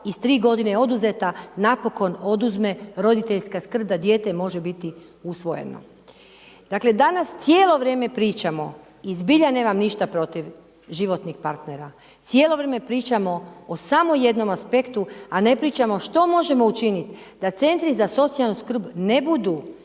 i s 3 g. je oduzeta, napokon oduzme roditeljska skrb, da dijete može biti usvojeno. Dakle, danas cijelo vrijeme pričamo i zbilja nemam ništa protiv životnih partnera, cijelo vrijeme pričamo o samo jednom aspektu a ne pričamo što možemo učiniti da CZSS ne budu